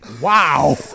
wow